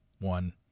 one